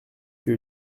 que